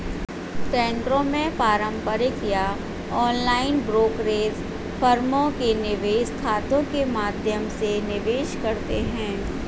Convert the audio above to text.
ट्रेडों को पारंपरिक या ऑनलाइन ब्रोकरेज फर्मों के निवेश खातों के माध्यम से निवेश करते है